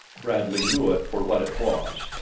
bradley knew it for what it was.